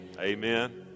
Amen